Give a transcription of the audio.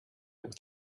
with